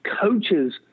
Coaches